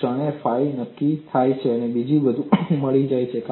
ક્ષણે ફાઈ નક્કી થાય છે કે બીજું બધું મળી જાય છે